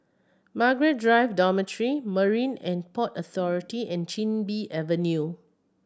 Margaret Drive Dormitory Marine And Port Authority and Chin Bee Avenue